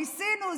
ניסינו,